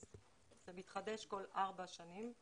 זה מתחדש כל ארבע שנים.